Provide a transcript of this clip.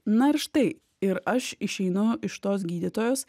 na ir štai ir aš išeinu iš tos gydytojos